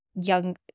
young